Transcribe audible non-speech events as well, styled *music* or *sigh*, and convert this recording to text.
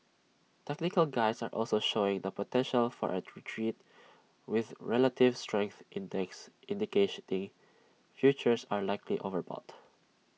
technical Guides are also showing the potential for A retreat with relative strength index *unintelligible* futures are likely overbought